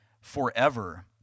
forever